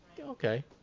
Okay